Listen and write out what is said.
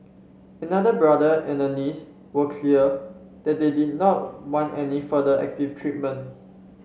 another brother and a niece were clear that they did not want any further active treatment